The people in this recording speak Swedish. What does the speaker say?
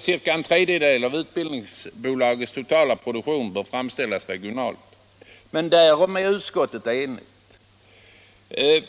cirka en tredjedel av utbildningsbolagets totala produktion framställas regionalt. Därom är utskottet enigt.